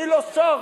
אני לא שר.